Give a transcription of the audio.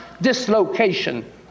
dislocation